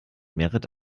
merit